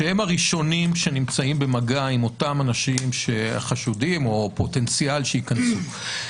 שהם הראשונים שנמצאים במגע עם אותם אנשים שחשודים או פוטנציאל שייכנסו.